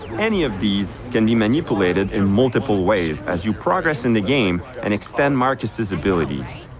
any of these can be manipulated in multiple ways as you progress in the game and extend marcus's abilities.